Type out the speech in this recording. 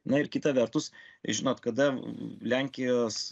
na ir kita vertus žinot kada lenkijos